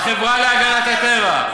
החברה להגנת הטבע,